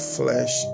flesh